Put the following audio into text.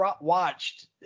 watched